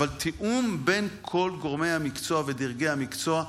תיאום בין כל גורמי המקצוע ודרגי המקצוע,